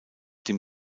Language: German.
dem